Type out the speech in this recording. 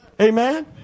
Amen